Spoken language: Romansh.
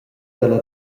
dalla